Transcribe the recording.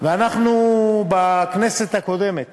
אנחנו בכנסת הקודמת